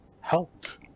helped